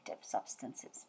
substances